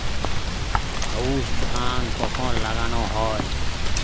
আউশ ধান কখন লাগানো হয়?